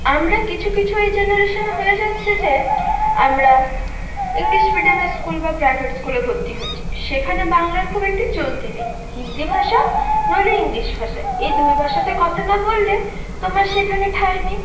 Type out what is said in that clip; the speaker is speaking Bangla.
আমরা কিছু কিছু এই জেনারেশন হয়ে যাচ্ছে যে আমরা ইংলিশ মিডিয়ামের স্কুল বা প্রাইভেট স্কুলে ভর্তি হচ্ছি সেখানে বাংলার খুব একটা চলতি নেই হিন্দি ভাষা নইলে ইংলিশ ভাষা এই দুই ভাষাতে কথা না বললে তোমার সেখানে ঠায় নেই